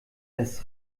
das